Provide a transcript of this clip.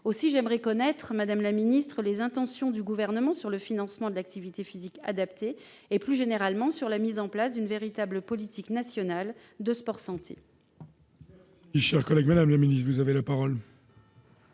Aussi, j'aimerais connaître, madame la ministre, les intentions du Gouvernement sur le financement de l'activité physique adaptée et, plus généralement, sur la mise en place d'une véritable politique nationale de sport-santé.